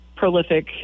prolific